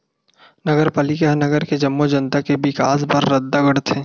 नगरपालिका ह नगर के जम्मो जनता के बिकास बर रद्दा गढ़थे